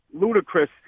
ludicrous